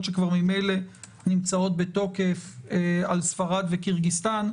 שכבר ממילא נמצאות בתוקף על ספרד וקירגיזסטן.